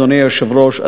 אדוני היושב-ראש,